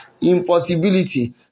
Impossibility